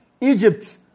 Egypt